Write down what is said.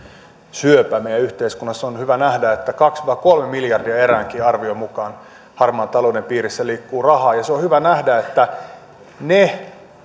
syöpä meidän yhteiskunnassa on hyvä nähdä että kaksi viiva kolme miljardia eräänkin arvion mukaan harmaan talouden piirissä liikkuu rahaa ja se on hyvä nähdä että